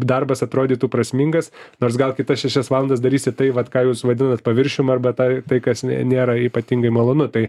darbas atrodytų prasmingas nors gal kitas šešias valandas darysi tai vat ką jūs vadinat paviršium arba tą tai kas ne nėra ypatingai malonu tai